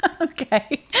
Okay